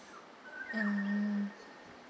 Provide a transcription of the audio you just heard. mm